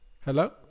Hello